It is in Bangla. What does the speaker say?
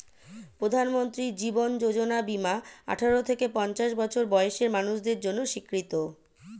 প্রধানমন্ত্রী জীবন যোজনা বীমা আঠারো থেকে পঞ্চাশ বছর বয়সের মানুষদের জন্য স্বীকৃত